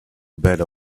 better